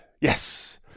yes